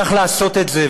צריך לעשות את זה.